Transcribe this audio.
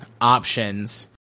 options